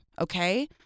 okay